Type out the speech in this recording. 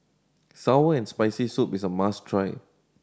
sour and Spicy Soup is a must try